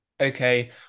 okay